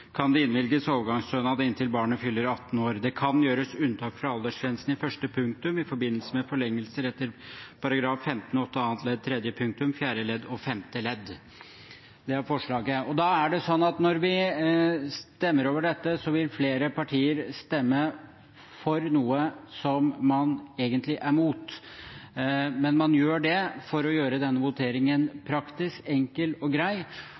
kan det innvilges overgangsstønad inntil barnet fyller 18 år. Det kan gjøres unntak fra aldersgrensen i første punktum i forbindelse med forlengelser etter § 15-8 annet ledd tredje punktum, fjerde ledd og femte ledd.» Når vi stemmer over dette, vil flere partier stemme for noe som man egentlig er imot, men man gjør det for å gjøre denne voteringen praktisk, enkel og grei,